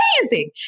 amazing